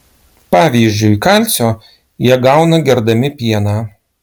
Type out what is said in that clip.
pavyzdžiui kalcio jie gauna gerdami pieną